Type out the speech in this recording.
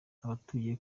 abatuye